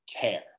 care